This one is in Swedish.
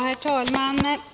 Herr talman!